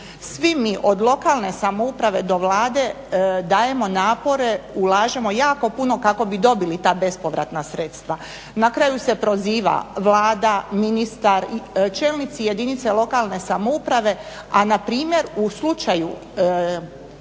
Svi mi od lokalne samouprave do Vlade dajemo napore, ulažemo jako puno kako bi dobili ta bespovratna sredstva. Na kraju se proziva Vlada, ministar i čelnici jedinica lokalne samouprave, a npr. u slučaju